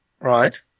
Right